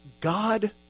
God